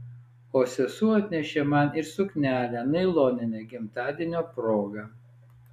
o sesuo atnešė man ir suknelę nailoninę gimtadienio proga